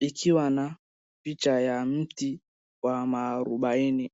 ikiwa na picha ya mti wa muarubaini.